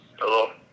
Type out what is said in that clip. hello